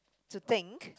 to think